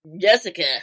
Jessica